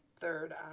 third